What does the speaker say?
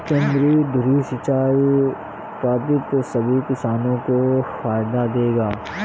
केंद्रीय धुरी सिंचाई पद्धति सभी किसानों को फायदा देगा